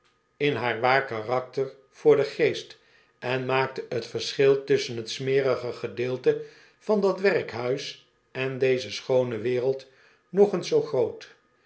in haar waar karakter voor den geest en maakte t verschil tusschen t smerige gedeelte van dat werkhuis en deze schoon e wereld nog eens zoo groot